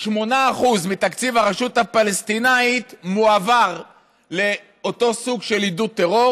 8% מתקציב הרשות הפלסטינית מועבר לאותו סוג של עידוד טרור.